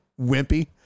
Wimpy